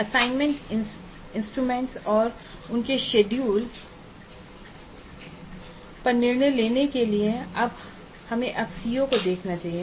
assessment instruments और उनके schedule पर निर्णय लेने के बाद हमें अब सीओ को देखना चाहिए